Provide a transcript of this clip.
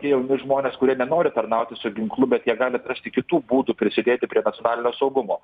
tie jauni žmonės kurie nenori tarnauti su ginklu bet jie gali atrasti kitų būdų prisidėti prie nacionalinio saugumo